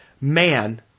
man